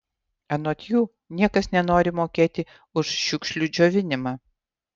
anot jų niekas nenori mokėti už šiukšlių džiovinimą